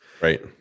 right